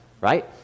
right